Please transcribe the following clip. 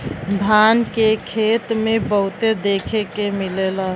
धान के खेते में बहुते देखे के मिलेला